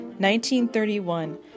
1931